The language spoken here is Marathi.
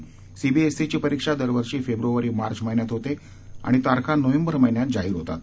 सीबीएसईची परीक्षा दरवर्षी फेब्रुवारी मार्च महिन्यात होतात आणि तारखा नोव्हेंबर महिन्यात जाहीर होतात